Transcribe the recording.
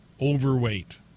Overweight